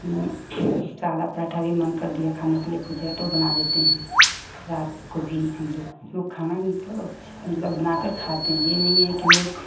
हूँ सादा पराँठा भी मन कर दिया खाने के लिए भुजिया तो बना लेते हैं रात को भी हम लोग खाना मतलब अच्छे मतलब बना कर खाते हैं ये नहीं है कि हमलोग